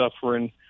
suffering